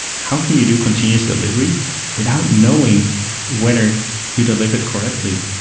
how can you do continuous delivery without knowing whether you delivered correctly?